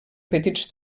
petits